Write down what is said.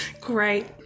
Great